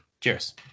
Cheers